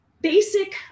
basic